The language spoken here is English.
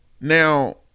Now